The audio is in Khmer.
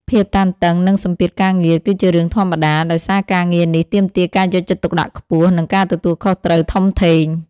ភាពតានតឹង និងសម្ពាធការងារ គឺជារឿងធម្មតា ដោយសារការងារនេះទាមទារការយកចិត្តទុកដាក់ខ្ពស់ និងការទទួលខុសត្រូវធំធេង។